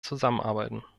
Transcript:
zusammenarbeiten